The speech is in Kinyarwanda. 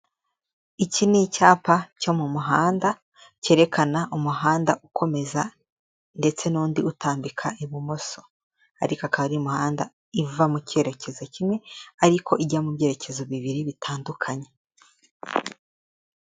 Iki ni icyapa cyo mu muhanda kerekana umuhanda ukomeza ndetse n'undi utambika ibumoso, ariko akaba ari imihanda iva mu kerekezo kimwe ariko ijya mu byerekezo bibiri bitandukanye.